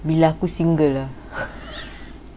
bila aku single